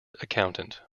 accountant